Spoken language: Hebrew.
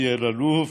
אלי אלאלוף,